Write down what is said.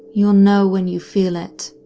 you'll know when you feel it.